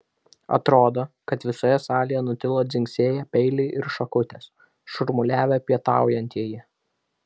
atrodo kad visoje salėje nutilo dzingsėję peiliai ir šakutės šurmuliavę pietaujantieji